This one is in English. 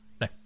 No